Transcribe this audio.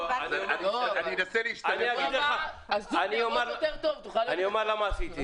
לא, אני אגיד למה אני עושה את זה.